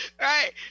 right